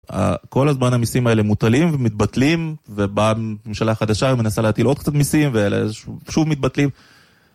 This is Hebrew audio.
כל הזמן המסים האלה מוטלים ומתבטלים ובאה ממשלה חדשה ומנסה להטיל עוד קצת מסים ואלה שוב מתבטלים.